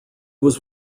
was